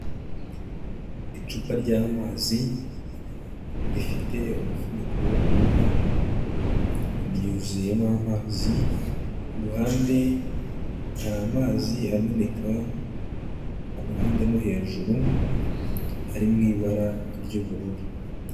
Icupa ry'amazi rifite umuvuniko w'ubururu, ryuzuyemo amazi. Ku ruhande hari amazi ameneka, ku ruhande no hejuru, ari mu ibara ry'ubururu.